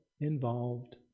involved